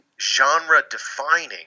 genre-defining